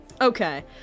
Okay